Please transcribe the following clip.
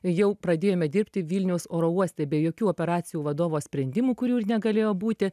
jau pradėjome dirbti vilniaus oro uoste be jokių operacijų vadovo sprendimų kurių ir negalėjo būti